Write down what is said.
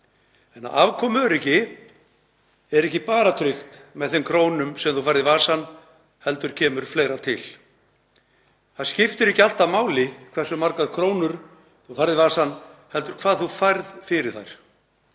En afkomuöryggi er ekki bara tryggt með þeim krónum sem þú færð í vasann heldur kemur fleira til. Það skiptir ekki alltaf máli hversu margar krónur þú færð í vasann heldur hvað þú færð fyrir þær.